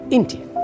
India